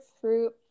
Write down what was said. fruit